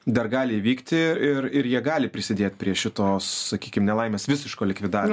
dar gali įvykti ir ir jie gali prisidėt prie šitos sakykim nelaimės visiško likvidavimo